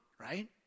right